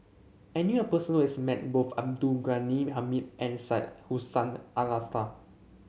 I knew a person who has met both Abdul Ghani Hamid and Syed Hussein Alatas